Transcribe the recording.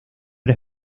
era